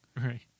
Right